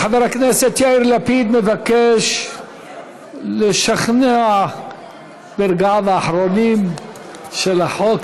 חבר הכנסת יאיר לפיד מבקש לשכנע ברגעיו האחרונים של החוק,